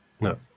no